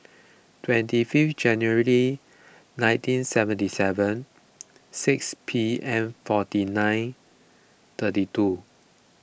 twenty five January nineteen seventy seven six P M forty nine thirty two